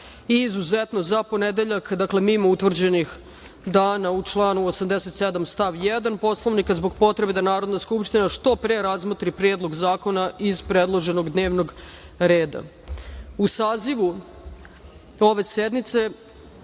i, izuzetno, za ponedeljak, dakle mimo utvrđenih dana u članu 87. stav 1. Poslovnika, zbog potrebe da Narodna skupština što pre razmotri Predlog zakona iz predloženog dnevnog reda.U sazivu ove sednice